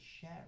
share